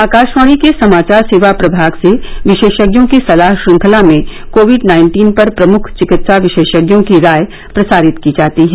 आकाशवाणी के समाचार सेवा प्रभाग से विशेषज्ञों की सलाह श्रृंखला में कोविड नाइन्टीन पर प्रमुख चिकित्सा विशेषज्ञों की राय प्रसारित की जाती है